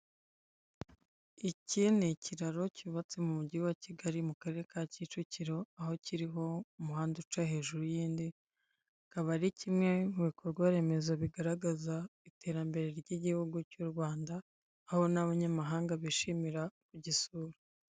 Iki ni ikiraro cy'ubatse mu mugi wa Kigali mu karere ka Kicukiro aho kiriho umuhanda uca hejuru y'indi, akaba ari kimwe mu bikorwa remezo bigaragaza iterambere ry'igihugu cy'u Rwanda, aho n'abanyamahanga bishimira kugisura.